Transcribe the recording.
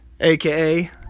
aka